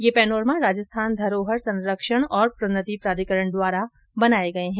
ये पैनोरमा राजस्थान धरोहर संरक्षण और प्रौन्नति प्राधिकरण द्वारा बनाये गये है